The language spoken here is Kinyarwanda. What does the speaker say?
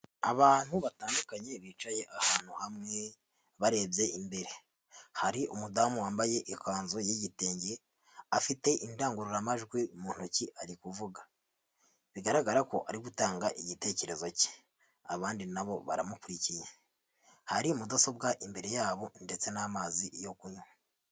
Abantu batandukanye bicaye ahantu hamwe barebye imbere, hari umudamu wambaye ikanzu y'igitenge afite indangururamajwi mu ntoki ari kuvuga. Bigaragara ko ari gutanga igitekerezo cye abandi na bo baramukurikiye, hari mudasobwa imbere yabo ndetse n'amazi yo kunywa.